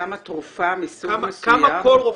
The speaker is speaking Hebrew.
כמה תרופה מסוג מסוים --- כל רופא,